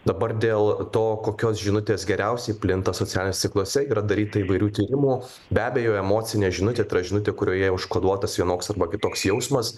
dabar dėl to kokios žinutės geriausiai plinta socialiniuose tinkluose yra daryta įvairių tyrimų be abejo emocinė žinutė ta žinutė kurioje užkoduotas vienoks arba kitoks jausmas